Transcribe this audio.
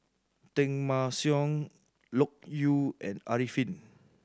Teng Mah Seng Loke Yew and Arifin